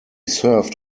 served